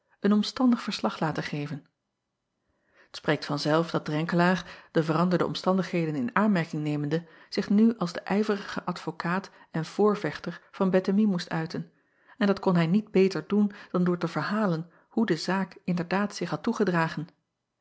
een omstandig verslag laten geven t preekt van zelf dat renkelaer de veranderde omstandigheden in aanmerking nemende zich nu als de ijverige advokaat en voorvechter van ettemie moest uiten en dat kon hij niet beter doen dan door te verhalen hoe de zaak inderdaad zich had toegedragen